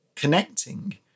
connecting